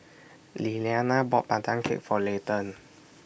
Lillianna bought Pandan Cake For Leighton